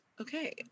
okay